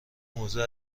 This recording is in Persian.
موضوع